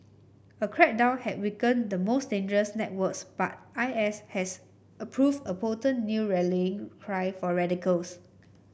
a crackdown had weakened the most dangerous networks but I S has approved a potent new rallying cry for radicals